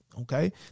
Okay